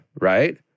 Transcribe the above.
right